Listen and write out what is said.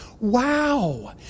Wow